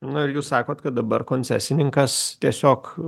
nu ir jūs sakot kad dabar koncesininkas tiesiog